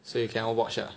so you cannot watch ah